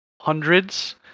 hundreds